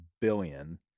billion